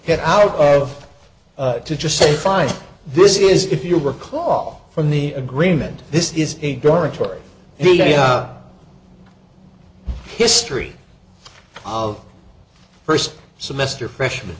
get out of to just say fine this is if you recall from the agreement this is a dormitory he up history of first semester freshman